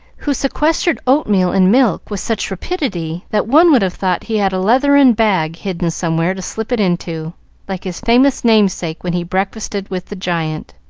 who sequestered oatmeal and milk with such rapidity that one would have thought he had a leathern bag hidden somewhere to slip it into, like his famous namesake when he breakfasted with the giant.